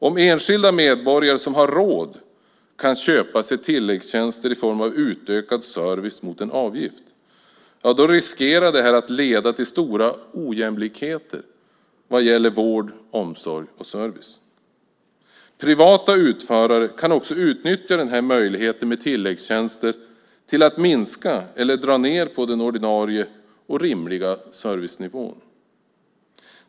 Om enskilda medborgare som har råd kan köpa sig tilläggstjänster i form av utökad service mot en avgift riskerar det att leda till stora ojämlikheter när det gäller vård, omsorg och service. Privata utförare kan också utnyttja möjligheten med tilläggstjänster till att minska eller dra ned på den ordinarie och rimliga servicenivån.